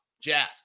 Jazz